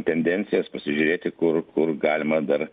tendencijas pasižiūrėti kur kur galima dar